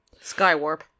Skywarp